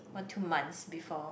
one two months before